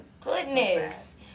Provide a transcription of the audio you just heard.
goodness